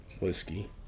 whiskey